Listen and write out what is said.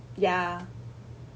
ya